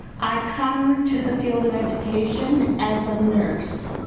i come to the field of education as a nurse.